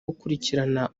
gukurikirana